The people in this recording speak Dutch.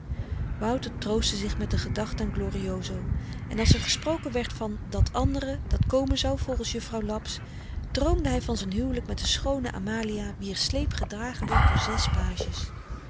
wouter troostte zich met de gedachte aan glorioso en als er gesproken werd van dat andere dat komen zou volgens juffrouw laps droomde hy van z'n huwelyk met de schoone amalia wier sleep gedragen werd door zes pages